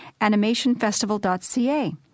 animationfestival.ca